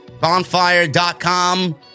Bonfire.com